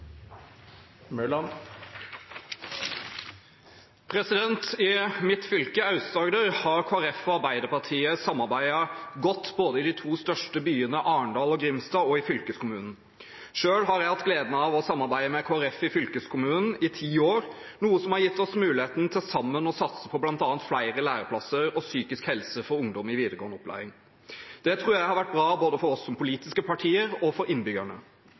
replikkordskifte. I mitt fylke, Aust-Agder, har Kristelig Folkeparti og Arbeiderpartiet samarbeidet godt både i de to største byene, Arendal og Grimstad, og i fylkeskommunen. Selv har jeg hatt gleden av å samarbeide med Kristelig Folkeparti i fylkeskommunen i ti år, noe som har gitt oss muligheten til sammen å satse på bl.a. flere læreplasser og psykisk helse for ungdom i videregående opplæring. Det tror jeg har vært bra både for oss som politiske partier og for